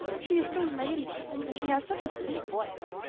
she is so ladylike and she has such a sweet voice.